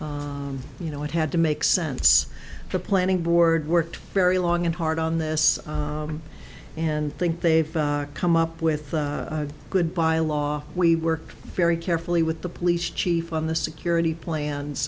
owned you know it had to make sense the planning board worked very long and hard on this and think they've come up with a good bylaw we worked very carefully with the police chief on the security plans